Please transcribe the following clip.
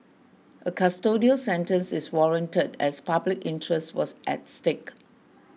a custodial sentence is warranted as public interest was at stake